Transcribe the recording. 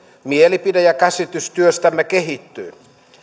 mielipide ja käsitys työstämme kehittyy